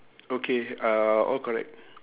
okay uh all correct